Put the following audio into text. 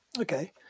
Okay